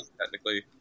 technically